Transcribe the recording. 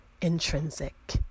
Intrinsic